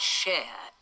share